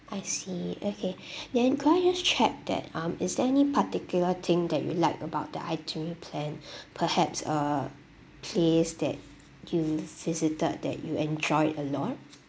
I see okay ya could I just check that um is there any particular thing that you liked about the itinerary plan perhaps a place that you visited that you enjoyed a lot